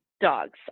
dogs